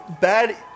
bad